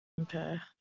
Okay